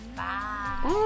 Bye